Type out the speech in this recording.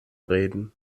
reden